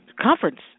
Conference